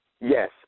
Yes